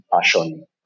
passion